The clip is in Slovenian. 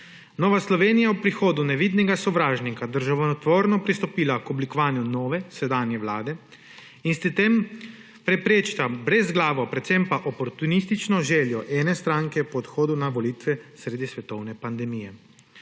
Nova Slovenija je ob prihodu nevidnega sovražnika državotvorno pristopila k oblikovanju nove – sedanje vlade in s tem preprečila brezglavo, predvsem pa oportunistično željo ene stranke po odhodu na volitve sredi svetovne pandemije.